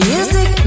Music